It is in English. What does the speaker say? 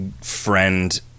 friend